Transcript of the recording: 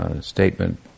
statement